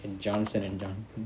and johnson and john~